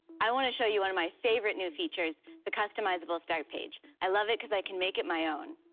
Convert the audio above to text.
i want to show you one of my favorite new features the customizable start page. i love it because i can make it my own.